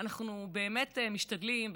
אנחנו באמת משתדלים,